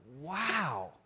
wow